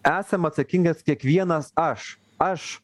esam atsakingas kiekvienas aš aš